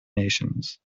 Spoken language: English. nations